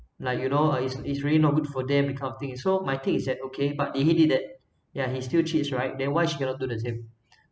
like you know uh it's it's really not good for them that kind of thing so my take is that okay but did he did that yeah he's still cheats right then why she cannot do the same